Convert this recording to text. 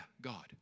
god